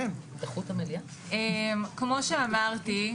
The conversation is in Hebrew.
כמו שאמרתי,